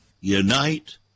unite